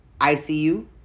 ICU